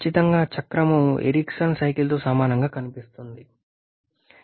ఖచ్చితంగా చక్రం ఎరిక్సన్ సైకిల్తో సమానంగా కనిపిస్తుంది కాదా